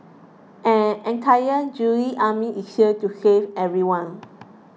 an entire Jedi Army is here to save everyone